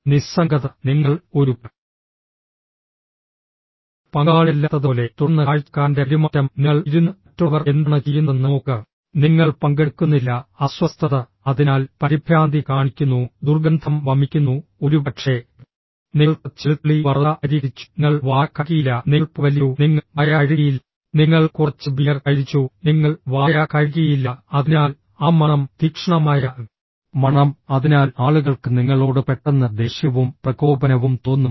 നിസ്സംഗത നിങ്ങൾ ഒരു പങ്കാളിയല്ലാത്തതുപോലെ തുടർന്ന് കാഴ്ചക്കാരന്റെ പെരുമാറ്റം നിങ്ങൾ ഇരുന്ന് മറ്റുള്ളവർ എന്താണ് ചെയ്യുന്നതെന്ന് നോക്കുക നിങ്ങൾ പങ്കെടുക്കുന്നില്ല അസ്വസ്ഥത അതിനാൽ പരിഭ്രാന്തി കാണിക്കുന്നു ദുർഗന്ധം വമിക്കുന്നു ഒരുപക്ഷേ നിങ്ങൾ കുറച്ച് വെളുത്തുള്ളി വറുത്ത അരി കഴിച്ചു നിങ്ങൾ വായ കഴുകിയില്ല നിങ്ങൾ പുകവലിച്ചു നിങ്ങൾ വായ കഴുകിയില്ല നിങ്ങൾ കുറച്ച് ബിയർ കഴിച്ചു നിങ്ങൾ വായ കഴുകിയില്ല അതിനാൽ ആ മണം തീക്ഷ്ണമായ മണം അതിനാൽ ആളുകൾക്ക് നിങ്ങളോട് പെട്ടെന്ന് ദേഷ്യവും പ്രകോപനവും തോന്നും